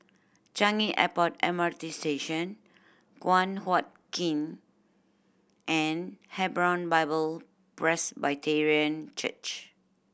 Changi Airport M R T Station Guan Huat Kiln and Hebron Bible Presbyterian Church